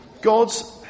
God's